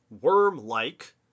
worm-like